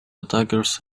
attackers